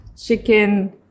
chicken